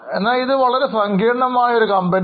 എന്നാൽ ഇത് വളരെ സങ്കീർണ്ണമായ ഒരു കമ്പനിയാണ്